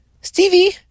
Stevie